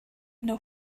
know